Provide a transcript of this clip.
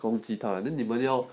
攻击他 ah then 你不是要